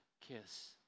kiss